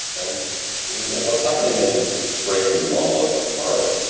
and what's happening as you're breaking the monolith apart,